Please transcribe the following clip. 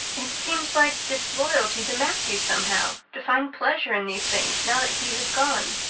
it seems like disloyalty to matthew, somehow, to find pleasure in these things now that he has gone,